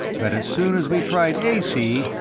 but as soon as we tried ac,